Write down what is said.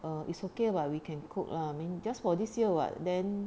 err it's okay [what] we can cook lah mean just for this year [what] then